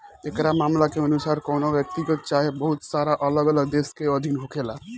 एकरा मामला के अनुसार कवनो व्यक्तिगत चाहे बहुत सारा अलग अलग देश के अधीन होखेला